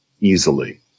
easily